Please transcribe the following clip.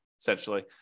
essentially